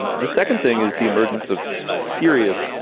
and the second thing is the emergence of serious,